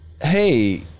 hey